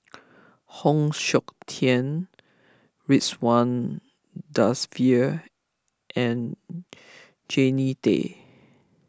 Heng Siok Tian Ridzwan Dzafir and Jannie Tay